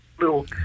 little